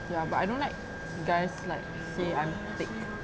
ya but I don't like guys like say I'm thick